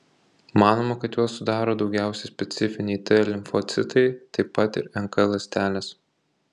manoma kad juos sudaro daugiausiai specifiniai t limfocitai taip pat ir nk ląstelės